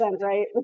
right